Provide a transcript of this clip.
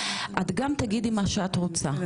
את גם תגידי מה שאת רוצה,